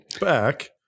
Back